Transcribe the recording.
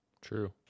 True